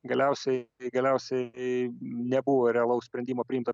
galiausiai kai galiausiai nebuvo realaus sprendimo priimto